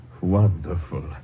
Wonderful